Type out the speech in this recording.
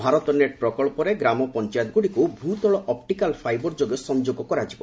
Bharat net ପ୍ରକଳ୍ପରେ ଗ୍ରାମପଞ୍ଚାୟତଗୁଡିକୁ ଭୂତଳ ଅପଟିକାଲ ଫାଇବର ଯୋଗେ ସଂଯୋଗ କରାଯିବ